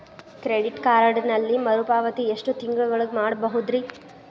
Credit ಕಾರ್ಡಿನಲ್ಲಿ ಮರುಪಾವತಿ ಎಷ್ಟು ತಿಂಗಳ ಒಳಗ ಮಾಡಬಹುದ್ರಿ?